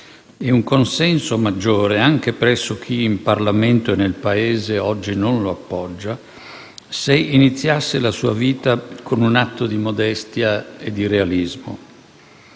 e un consenso maggiore, anche presso chi in Parlamento e nel Paese oggi non lo appoggia, se iniziasse la sua vita con un atto di modestia e di realismo.